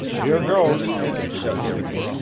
here goes, he told rowena,